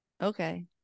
okay